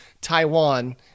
Taiwan